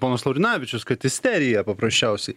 ponas laurinavičius kad isterija paprasčiausiai